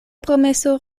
promeso